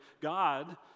God